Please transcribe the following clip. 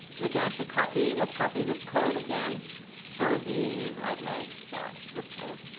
we can actually copy let's copy this code again for the right leg. sorry. this code.